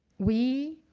we,